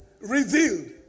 revealed